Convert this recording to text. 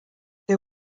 they